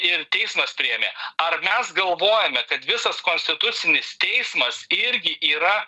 ir teismas priėmė ar mes galvojame kad visas konstitucinis teismas irgi yra